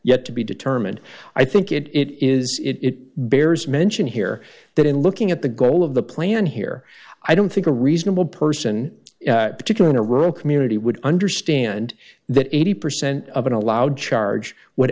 yet to be determined i think it is it bears mention here that in looking at the goal of the plan here i don't think a reasonable person particular in a rural community would understand that eighty percent of an allowed